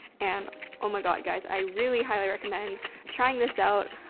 and oh my god guys, i really highly recommend trying this out,